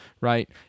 Right